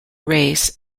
race